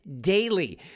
daily